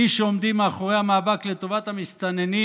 מי שעומדים מאחורי המאבק לטובת המסתננים